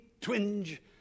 twinge